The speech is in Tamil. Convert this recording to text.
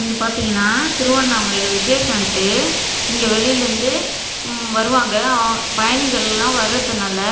இங்கே பார்த்தீங்கன்னா திருவண்ணாமலையில் விசேஷன்ட்டு இங்கே வெளிலேருந்து வருவாங்க பயணிகளெலாம் வர்றதுனால்